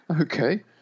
Okay